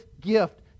gift